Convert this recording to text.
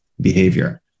behavior